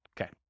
Okay